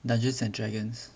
dungeons and dragons